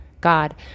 god